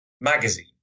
magazine